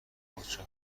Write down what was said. نوچه